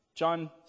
John